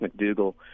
McDougall